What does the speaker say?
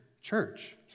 church